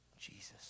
Jesus